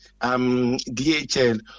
DHL